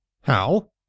How